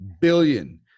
billion